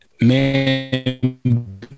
man